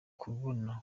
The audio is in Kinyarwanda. kubona